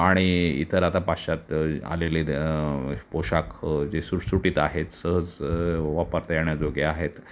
आणि इतर आता पाश्चात्य आलेले पोशाख जे सुटसुटीत आहेत सहज वापरता येण्याजोगे आहेत